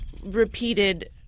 repeated